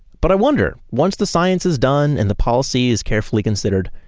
but i wonder, once the science is done and the policy is carefully considered,